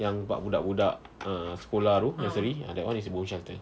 yang tempat budak-budak ah sekolah tu nursery ah that [one] is bomb shelter